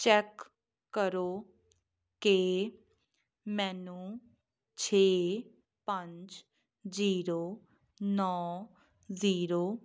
check ਕਰੋ ਕਿ ਮੈਨੂੰ ਛੇ ਪੰਜ ਜੀਰੋ ਨੌ ਜ਼ੀਰੋ